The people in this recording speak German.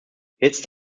jetzt